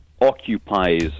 occupies